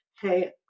hey